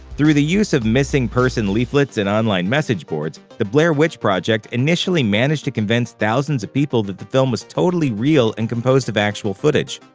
through the use of missing person leaflets and online message boards, the blair witch project initially managed to convince thousands of people that the film was totally real and composed of actual footage.